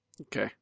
Okay